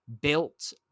built